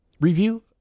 review